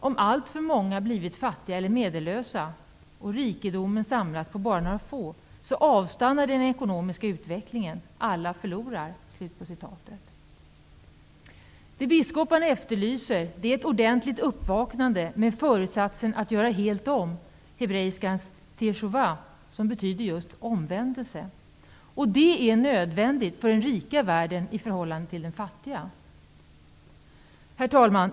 ''Om alltför många blivit fattiga eller medellösa och rikedomen samlas på bara några få, avstannar den ekonomiska utvecklingen. Alla förlorar.'' Det biskoparna efterlyser är ett ordentligt uppvaknande med föresatsen att göra helt om, hebreiskans teschuvah, som betyder just omvändelse. Det är nödvändigt för den rika världen i förhållande till den fattiga. Herr talman!